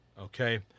okay